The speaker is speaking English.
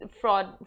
fraud